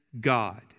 God